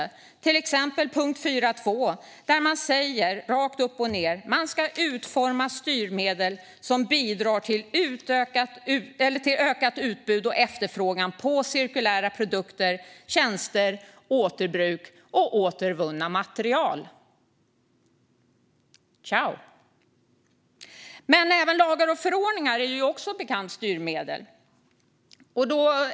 I till exempel punkt 4.2 säger man rakt upp och ned att man ska utforma styrmedel som bidrar till ökat utbud av och efterfrågan på cirkulära produkter, tjänster, återbruk och återvunna material. Men även lagar och förordningar är som bekant styrmedel.